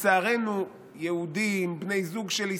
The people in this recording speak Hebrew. לצערנו, יהודים, בני זוג של ישראלים,